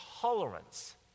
tolerance